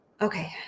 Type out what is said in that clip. Okay